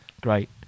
great